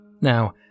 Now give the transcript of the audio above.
Now